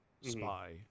spy